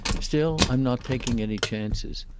still i'm not taking any chances.